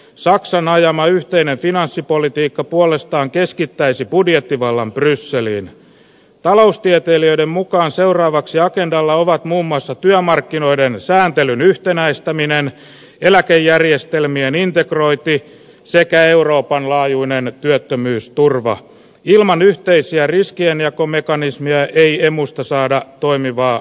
saksan ajama yhteinen finanssipolitiikka puolestaan keskittäisi budjettivallan brysselin taloustieteilijöiden mukaan seuraavaksi agendalla ovat muun muassa työmarkkinoiden sääntelyn yhtenäistäminen eläkejärjestelmien integroitiin sekä euroopan laajuinen nyt työttömyysturvaa ilman yhteisiä riskien jakomekanismia ei emusta saada toimivaa